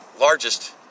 largest